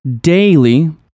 daily